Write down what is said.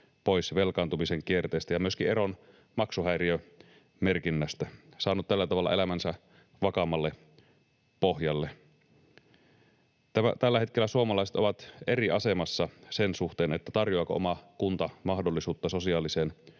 pois velkaantumisen kierteestä ja myöskin eroon maksuhäiriömerkinnästä, saanut tällä tavalla elämänsä vakaammalle pohjalle. Tällä hetkellä suomalaiset ovat eri asemassa sen suhteen, tarjoaako oma kunta mahdollisuutta sosiaaliseen